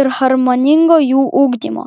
ir harmoningo jų ugdymo